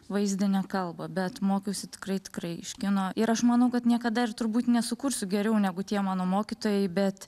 vaizdinę kalbą bet mokiausi tikrai tikrai iš kino ir aš manau kad niekada ir turbūt nesukursiu geriau negu tie mano mokytojai bet